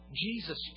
Jesus